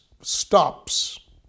stops